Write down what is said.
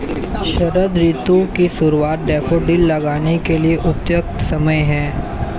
शरद ऋतु की शुरुआत डैफोडिल लगाने के लिए उपयुक्त समय है